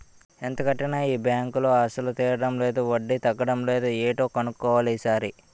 ఎంత కట్టినా ఈ బాంకులో అసలు తీరడం లేదు వడ్డీ తగ్గడం లేదు ఏటో కన్నుక్కోవాలి ఈ సారి